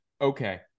okay